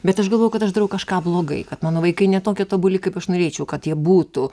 bet aš galvojau kad aš darau kažką blogai kad mano vaikai ne tokie tobuli kaip aš norėčiau kad jie būtų